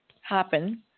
happen